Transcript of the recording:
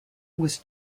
was